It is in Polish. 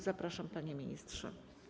Zapraszam, panie ministrze.